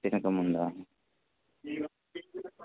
తినకముందా